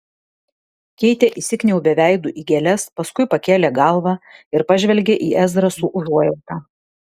keitė įsikniaubė veidu į gėles paskui pakėlė galvą ir pažvelgė į ezrą su užuojauta